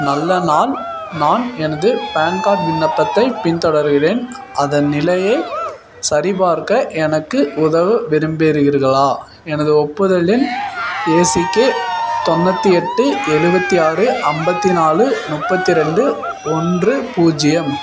நல்ல நாள் நான் எனது பான் கார்ட் விண்ணப்பத்தைப் பின்தொடர்கிறேன் அதன் நிலையை சரிபார்க்க எனக்கு உதவ விரும்புகிறீர்களா எனது ஒப்புதல் எண் ஏசிகே தொண்ணூற்றி எட்டு எழுபத்தி ஆறு ஐம்பத்தி நாலு முப்பத்தி ரெண்டு ஒன்று பூஜ்ஜியம்